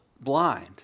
blind